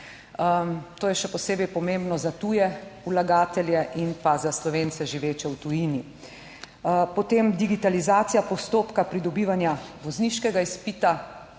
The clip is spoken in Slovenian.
To je še posebej pomembno za tuje vlagatelje in pa za Slovence, živeče v tujini. Potem digitalizacija postopka pridobivanja vozniškega izpita.